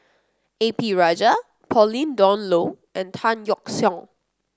A P Rajah Pauline Dawn Loh and Tan Yeok Seong